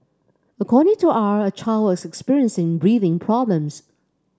according to R a child was experiencing breathing problems